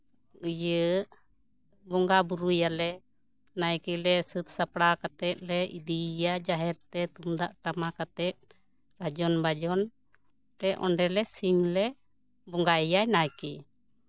ᱤᱭᱟᱹ ᱵᱚᱸᱜᱟ ᱵᱳᱨᱳᱭᱟᱞᱮ ᱱᱟᱭᱠᱮᱞᱮ ᱥᱟᱹᱛ ᱥᱟᱯᱲᱟᱣ ᱠᱟᱛᱮᱜ ᱤᱫᱤᱭᱮᱭᱟ ᱡᱟᱦᱮᱨᱛᱮ ᱛᱩᱢᱫᱟᱜ ᱴᱟᱢᱟᱠ ᱟᱛᱮᱜ ᱨᱟᱡᱚᱱ ᱵᱟᱡᱚᱱ ᱛᱮ ᱚᱸᱰᱮᱞᱮ ᱥᱤᱧ ᱞᱮ ᱵᱚᱸᱜᱟᱭᱮᱭᱟ ᱱᱟᱭᱠᱮ